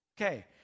Okay